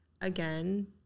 again